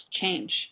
change